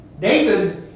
David